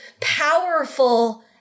powerful